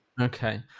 okay